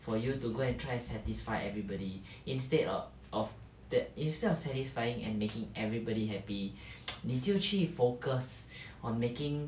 for you to go and try and satisfy everybody instead of of that instead of satisfying and making everybody happy 你就去 focus on making